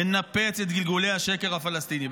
לנפץ את גלגולי השקר הפלסטיני.